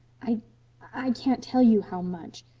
i i can't tell you how much.